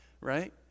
right